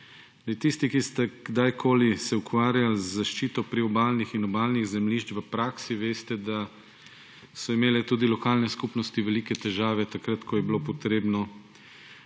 Tisti, ki ste kadarkoli se ukvarjali z zaščito priobalnih in obalnih zemljišč v praksi, veste, da so imele tudi lokalne skupnosti velike težave takrat, ko je bilo potrebno